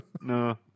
No